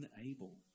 unable